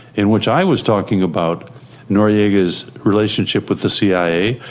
in which i was talking about noriega's relationship with the cia.